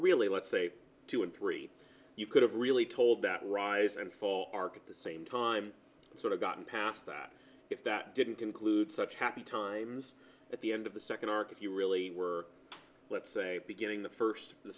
really let's say two and three you could have really told that rise and fall arc of the same time and sort of gotten past that if that didn't include such happy times at the end of the second arc if you really were let's say beginning the first the